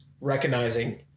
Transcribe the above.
recognizing